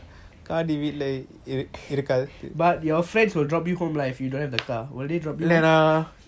but your friends will drop you home lah if you don't have the car will they drop you home